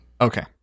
Okay